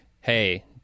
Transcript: Hey